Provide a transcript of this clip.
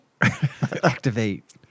Activate